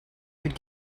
would